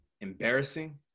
embarrassing